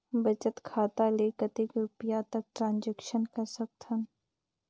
बचत खाता ले कतेक रुपिया तक ट्रांजेक्शन कर सकथव?